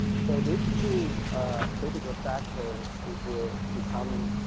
so these two critical factor is ah become